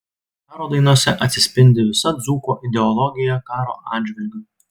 karo dainose atsispindi visa dzūko ideologija karo atžvilgiu